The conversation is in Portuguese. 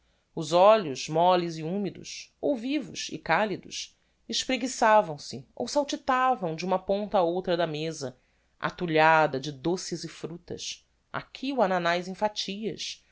os olhos molles e humidos ou vivos e calidos espreguiçavam se ou saltitavam de uma ponta a outra da meza atulhada de doces e fructas aqui o ananaz em fatias